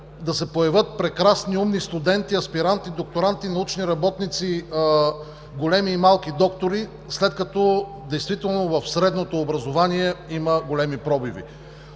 да се появят прекрасни, умни студенти, аспиранти, докторанти, научни работници, големи и малки доктори, след като действително в средното образование има големи пробиви.